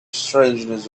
strangeness